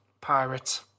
Pirates